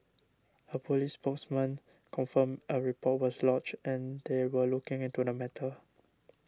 a police spokesman confirmed a report was lodged and that they were looking into the matter